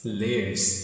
layers